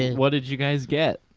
what did you guys get?